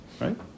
Right